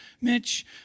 Mitch